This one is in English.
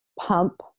pump